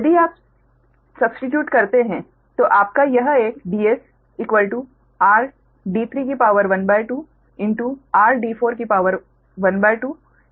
यदि आप सब्स्टिट्यूट करते हैं तो आपका यह एक Ds1212rd3 की शक्ति 13 होगा